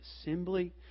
assembly